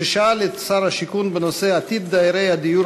שישאל את שר השיכון בנושא: עתיד דיירי הדיור